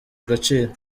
agaciro